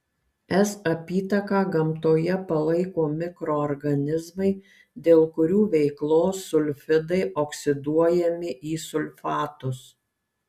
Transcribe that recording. s apytaką gamtoje palaiko mikroorganizmai dėl kurių veiklos sulfidai oksiduojami į sulfatus